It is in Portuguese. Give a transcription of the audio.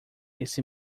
esse